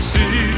See